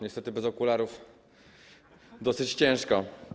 Niestety bez okularów dosyć ciężko.